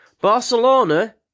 Barcelona